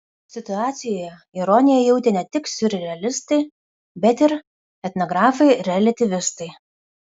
situacijoje ironiją jautė ne tik siurrealistai bet ir etnografai reliatyvistai